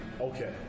Okay